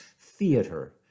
theater